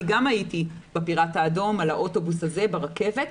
אני גם הייתי ב"פירט האדום" או באוטובוס הזה או ברכבת,